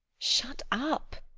shut up!